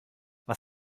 was